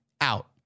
out